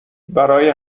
برای